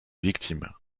victimes